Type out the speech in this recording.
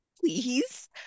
please